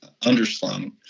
underslung